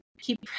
keep